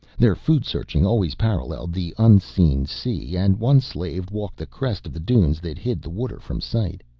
their foodsearching always paralleled the unseen sea, and one slave walked the crest of the dunes that hid the water from sight.